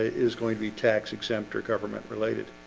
is going to be tax exempt or government related